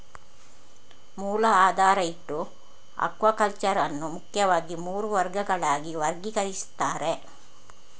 ಮೂಲ ಆಧಾರ ಇಟ್ಟು ಅಕ್ವಾಕಲ್ಚರ್ ಅನ್ನು ಮುಖ್ಯವಾಗಿ ಮೂರು ವರ್ಗಗಳಾಗಿ ವರ್ಗೀಕರಿಸ್ತಾರೆ